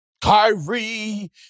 Kyrie